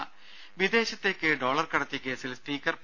ദ്ദേ വിദേശത്തേക്ക് ഡോളർ കടത്തിയ കേസിൽ സ്പീക്കർ പി